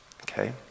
okay